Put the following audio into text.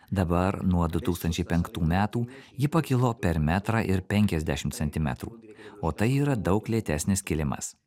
dabar nuo du tūkstančiai penktų metų ji pakilo per metrą ir penkiasdešim centimetrų o tai yra daug lėtesnis kilimas